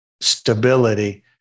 stability